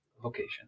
Vocation